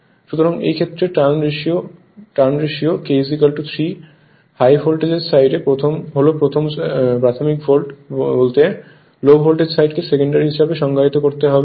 সুতরাং এই ক্ষেত্রে trans ratio k 3 high voltage side হল প্রাথমিক বলতে লো ভোল্টেজ সাইডকে সেকেন্ডারি হিসাবে সংজ্ঞায়িত করতে হবে